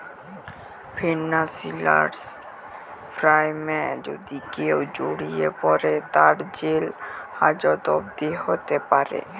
financial ক্রাইমে যদি কেউ জড়িয়ে পরে, তার জেল হাজত অবদি হ্যতে প্যরে